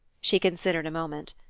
she considered a moment.